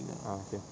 ah okay